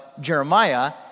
Jeremiah